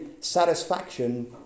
Satisfaction